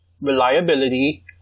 reliability